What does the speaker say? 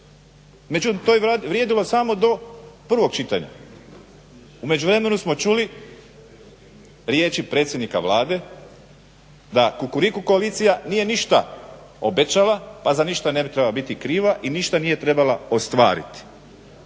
Međutim, to je vrijedilo samo do prvog čitanja. U međuvremenu smo čuli riječi predsjednika Vlade, a da Kukuriku koalicija nije ništa obećala, pa za ništa ne bi trebala biti kriva i ništa nije trebala ostvariti,